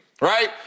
Right